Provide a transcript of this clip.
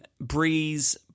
breeze